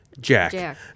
Jack